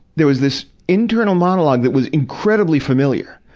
there was this internal monologue that was incredibly familiar,